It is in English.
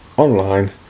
online